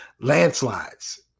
landslides